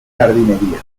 jardinería